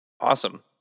Awesome